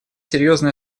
серьезные